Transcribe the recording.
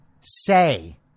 say